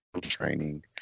training